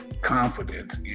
confidence